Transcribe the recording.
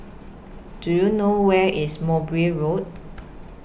Do YOU know Where IS Mowbray Road